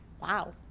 wow.